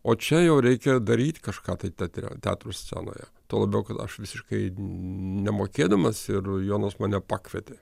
o čia jau reikia daryt kažką tai teatre teatro scenoje tuo labiau kad aš visiškai nemokėdamas ir jonas mane pakvietė